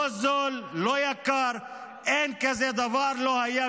לא זול, לא יקר.